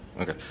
Okay